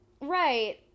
right